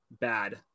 bad